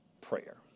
prayer